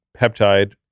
peptide